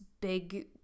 big